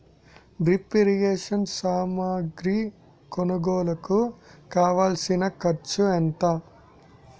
drip irrigation సామాగ్రి కొనుగోలుకు కావాల్సిన ఖర్చు ఎంత